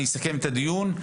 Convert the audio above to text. אסכם את הדיון,